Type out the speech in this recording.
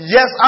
Yes